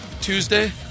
Tuesday